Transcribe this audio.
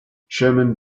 sherman